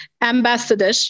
ambassador